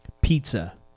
pizza